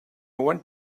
want